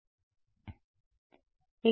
విద్యార్థి సరిహద్దు